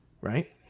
right